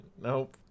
Nope